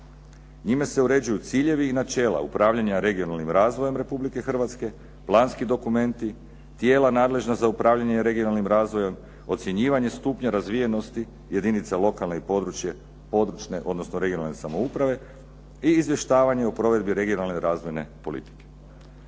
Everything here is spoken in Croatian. Njime se uređuju ciljevi i načela upravljanja regionalnim razvojem RH, planski dokumenti, tijela nadležna za upravljanje regionalnim razvojem, ocjenjivanje stupnja razvijenosti jedinica lokalne i područne, odnosno regionalne samouprave i izvještavanje o provedbi regionalne razvojne politike.